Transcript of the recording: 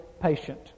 patient